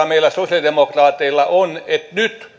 meillä sosialidemokraateilla on se huoli että nyt